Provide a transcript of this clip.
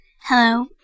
Hello